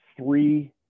three